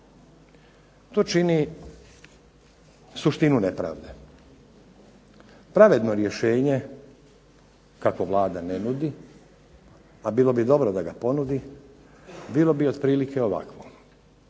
to čini suštinu nepravde. Pravedno rješenje kakvo Vlada ne nudi a bilo bi dobro da ga ponudi bilo bi otprilike ovako,